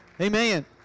Amen